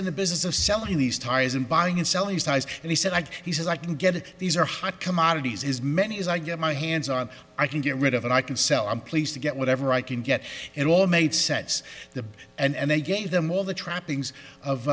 in the business of selling these ties and buying and selling ties and he said like he says i can get it these are hot commodities as many as i get my hands on i can get rid of and i can sell i'm pleased to get whatever i can get it all made sense the and they gave them all the trappings